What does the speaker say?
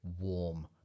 warm